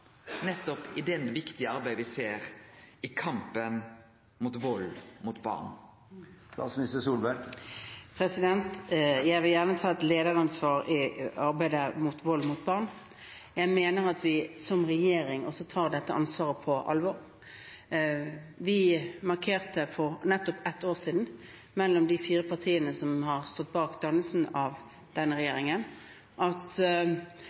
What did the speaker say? nettopp i dette viktige arbeidet me gjer i kampen mot vald mot barn? Jeg vil gjerne ta et lederansvar i arbeidet mot vold mot barn. Jeg mener at vi som regjering også tar dette ansvaret på alvor. De fire partiene som står bak dannelsen av denne regjeringen, markerte for nettopp et år siden